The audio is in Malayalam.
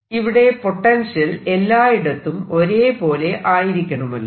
ഇവിടെ പൊട്ടൻഷ്യൽ എല്ലായിടത്തും ഒരേ പോലെ ആയിരിക്കണമല്ലോ